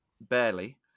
barely